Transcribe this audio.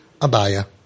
Abaya